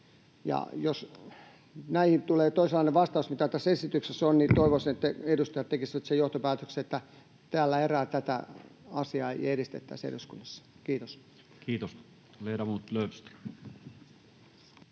jos näihin tulee toisenlainen vastaus, mitä tässä esityksessä on, niin toivoisin, että edustajat tekisivät sen johtopäätöksen, että tällä erää tätä asiaa ei edistettäisi eduskunnassa. — Kiitos. Kiitos.